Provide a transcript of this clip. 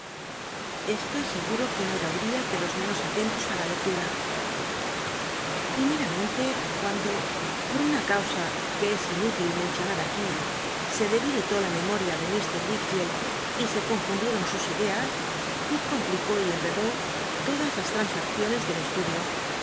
estoy seguro que no l'l'a uriah de los menos atentos i la lcctum primeramente cuando por una cansa que es inútil mencionar aquí e debilitó la memoria de ir wickfield y se confundieron sus ideas y com y enredó todas las transacciones del e